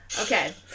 Okay